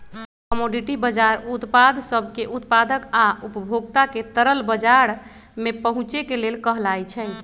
commodity बजार उत्पाद सब के उत्पादक आ उपभोक्ता के तरल बजार में पहुचे के लेल कहलाई छई